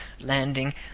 landing